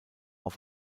auf